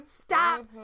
stop